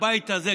הבית הזה,